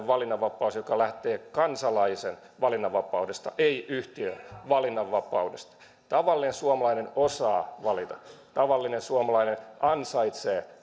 valinnanvapaus joka lähtee kansalaisen valinnanvapaudesta ei yhtiön valinnanvapaudesta tavallinen suomalainen osaa valita tavallinen suomalainen ansaitsee